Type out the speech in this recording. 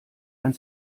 ein